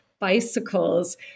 bicycles